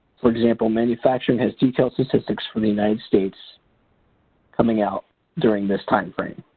for example, manufacturing had detailed statistics for the united states coming out during this timeframe.